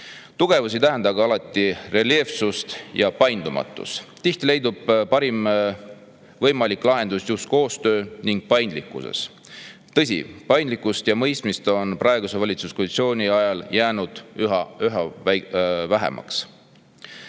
Tugevus ei tähenda aga alati reljeefsust ja paindumatust. Tihti leidub parim võimalik lahendus just koostöös ning paindlikkuses. Tõsi, paindlikkust ja mõistmist on praeguse valitsuskoalitsiooni ajal jäänud üha vähemaks.